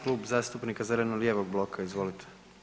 Klub zastupnika zeleno-lijevog bloka, izvolite.